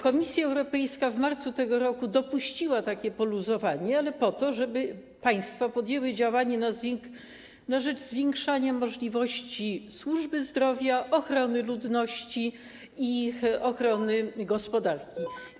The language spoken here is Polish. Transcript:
Komisja Europejska w marcu tego roku dopuściła takie poluzowanie, ale po to, żeby państwa podjęły działanie na rzecz zwiększania możliwości służby zdrowia, ochrony ludności i ochrony gospodarki.